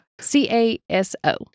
C-A-S-O